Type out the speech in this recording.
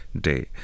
day